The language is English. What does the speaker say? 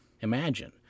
Imagine